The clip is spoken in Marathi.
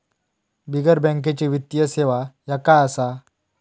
बिगर बँकेची वित्तीय सेवा ह्या काय असा?